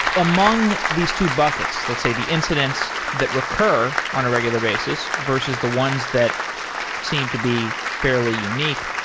among these two buckets, let's say the incidents that recur on a regular basis versus the ones that seem to be fairly unique,